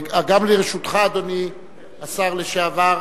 גם לרשותך, אדוני השר לשעבר,